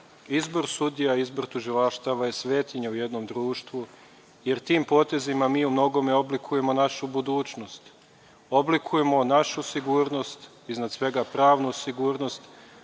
domu. Izbor sudija, izbor tužilaštava je svetinja u jednom društvu, jer tim potezima mi umnogome oblikujemo našu budućnost, oblikujemo našu sigurnost, iznad svega pravnu sigurnost,